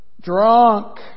Drunk